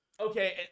okay